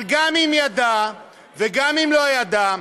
אבל גם אם ידע וגם אם לא ידע,